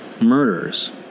murders